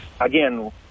again